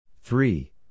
Three